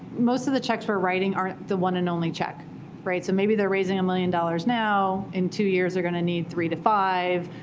most of the checks we're writing aren't the one and only check. so maybe they're raising a million dollars now. in two years, they're going to need three to five.